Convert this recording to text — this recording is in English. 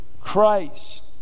Christ